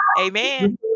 Amen